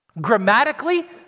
Grammatically